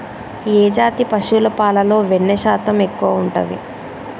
ఏ జాతి పశువుల పాలలో వెన్నె శాతం ఎక్కువ ఉంటది?